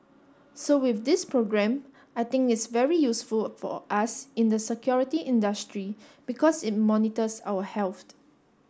so with this program I think it's very useful for us in the security industry because it monitors our health